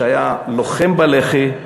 שהיה לוחם בלח"י,